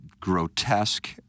grotesque